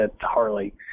Harley